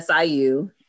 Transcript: SIU